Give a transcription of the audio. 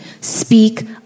Speak